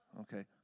Okay